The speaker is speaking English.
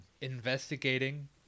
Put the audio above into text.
investigating